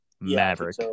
Maverick